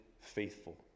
faithful